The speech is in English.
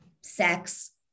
sex